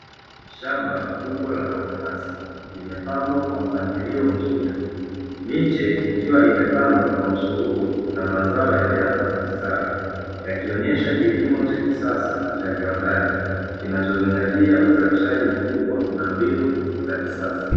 Shamba kubwa la minanasi limepandwa kwa mpangilio mzuri, miche ikiwa imepandwa kwa msururu na mazao yameanza kustawi yakionesha kilimo cha kisasa cha viwandani kinachozingatia uzarishaji mkubwa na mbinu za kisasa.